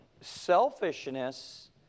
selfishness